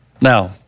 Now